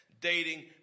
dating